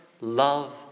love